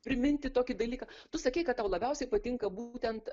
priminti tokį dalyką tu sakei kad tau labiausiai patinka būtent